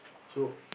so